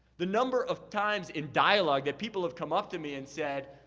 the number of times in dialogue that people have come up to me and said,